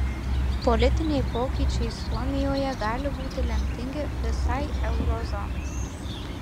politiniai pokyčiai suomijoje gali būti lemtingi visai euro zonai